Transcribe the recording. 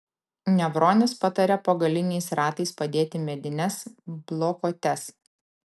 nevronis patarė po galiniais ratais padėti medines blokuotes